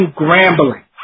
grambling